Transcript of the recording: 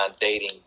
dating